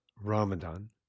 Ramadan